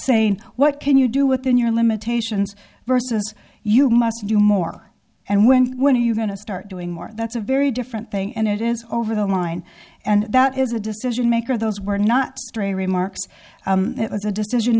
saying what can you do within your limitations versus you must do more and when when are you going to start doing more that's a very different thing and it is over the line and that is a decision maker those were not stray